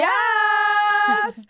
Yes